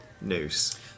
noose